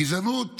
גזענות